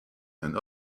and